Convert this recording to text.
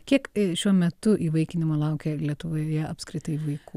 kiek šiuo metu įvaikinimo laukia lietuvoje apskritai vaikų